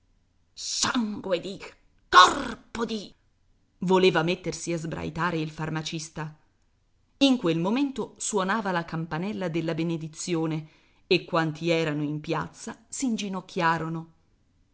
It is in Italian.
sangue di corpo di voleva mettersi a sbraitare il farmacista in quel momento suonava la campanella della benedizione e quanti erano in piazza s'inginocchiarono